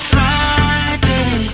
Friday